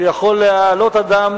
שיכול להעלות אדם